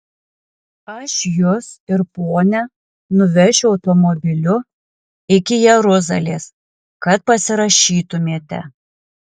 aš jus ir ponią nuvešiu automobiliu iki jeruzalės kad pasirašytumėte